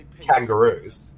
kangaroos